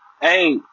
Hey